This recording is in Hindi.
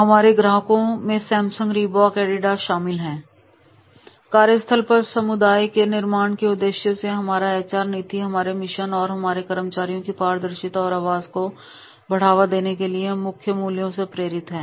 हमारे ग्राहकों में सैमसंग रीबॉक एडिडास शामिल है कार्यस्थल पर समुदाय के निर्माण के उद्देश्य से हमारी एचआर नीति हमारे मिशन और हमारे कर्मचारियों की पारदर्शिता और आवाज को बढ़ावा देने के लिए मुख्य मूल्यों से प्रेरित है